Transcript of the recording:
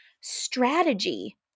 strategy